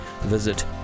visit